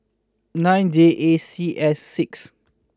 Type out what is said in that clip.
nine J A C S six